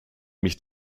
mich